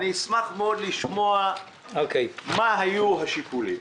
אני אשמח מאוד לשמוע מה היו השיקולים.